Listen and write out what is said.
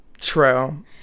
true